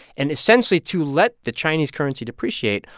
and essentially, to let the chinese currency depreciate,